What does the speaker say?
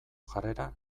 jarrera